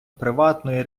приватної